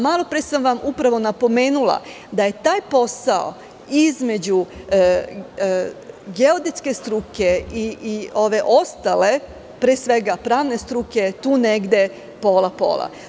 Malopre sam vam upravo napomenula da je taj posao između geodetske struke i ove ostale, pre svega pravne struke tu negde pola-pola.